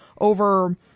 over